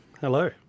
Hello